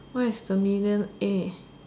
why is the median A